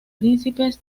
príncipes